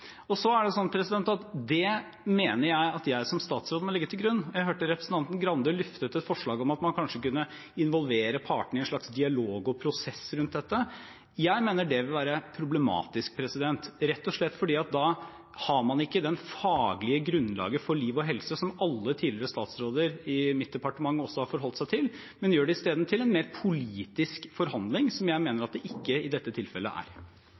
Det mener jeg at jeg som statsråd må legge til grunn. Jeg hørte representanten Grande lufte et forslag om at man kanskje kunne involvere partene i en slags dialog og prosess rundt dette. Jeg mener det vil være problematisk, rett og slett fordi man da ikke har det faglige grunnlaget for liv og helse som alle tidligere statsråder i mitt departement også har forholdt seg til, men gjør det isteden til en mer politisk forhandling, som jeg mener at det i dette tilfellet ikke er. Det er et faktum at det var veldig få som ble tatt ut i streik. Det er